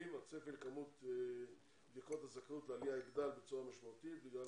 הצפי לכמות בדיקות הזכאות לעלייה יגדל בצורה משמעותית בגלל